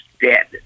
dead